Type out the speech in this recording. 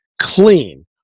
CLEAN